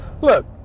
look